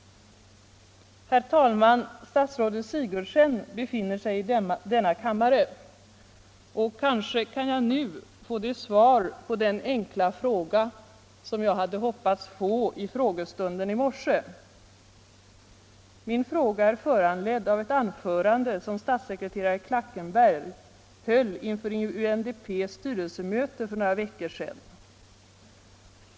Herr talman! Statsrådet Sigurdsen befinner sig i denna kammare, och kanske kan jag nu få det svar på den enkla fråga som jag hade hoppats få i frågestunden i morse. Min fråga är föranledd av ett anförande som statssekreterare Klackenberg höll inför UNDP:s styrelsemöte för några veckor sedan.